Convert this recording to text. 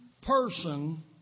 person